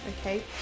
okay